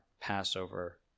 Passover